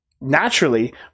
naturally